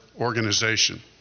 organization